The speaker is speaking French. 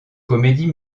comédie